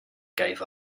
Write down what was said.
gave